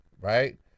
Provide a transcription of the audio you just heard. right